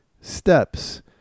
steps